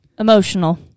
Emotional